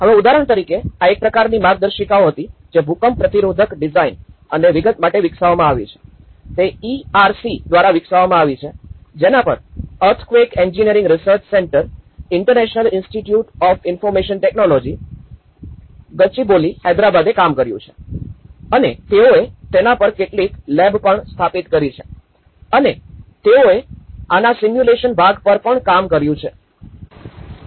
હવે ઉદાહરણ તરીકે આ એક પ્રકારની માર્ગદર્શિકાઓ હતી જે ભૂકંપ પ્રતિરોધક ડિઝાઇન અને વિગત માટે વિકસાવવામાં આવી છે અને તે ઇઆરસી દ્વારા વિકસાવવામાં આવી છે જેના પર earthquake engineering research centre international institute information technology Gachibowli હૈદરાબાદએ કામ કર્યું છે અને તેઓએ તેના પર કેટલીક લેબ પણ સ્થાપિત કરી છે અને તેઓએ આના સિમ્યુલેશન ભાગ પર કામ કર્યું છે